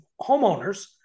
homeowners